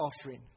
offering